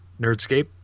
nerdscape